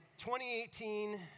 2018